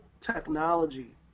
technology